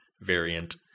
variant